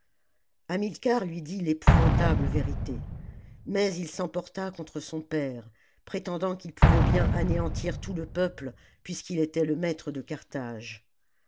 hamilcar lui dit l'épouvantable vérité mais h s'emporta contre son père prétendant qu'il pouvait bien anéantir tout le peuple puisqu'il était le maître de carthage